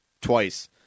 twice